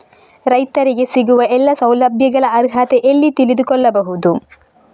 ರೈತರಿಗೆ ಸಿಗುವ ಎಲ್ಲಾ ಸೌಲಭ್ಯಗಳ ಅರ್ಹತೆ ಎಲ್ಲಿ ತಿಳಿದುಕೊಳ್ಳಬಹುದು?